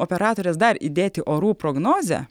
operatorės dar įdėti orų prognozę